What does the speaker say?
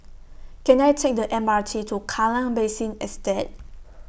Can I Take The M R T to Kallang Basin Estate